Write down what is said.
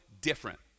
different